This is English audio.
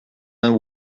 know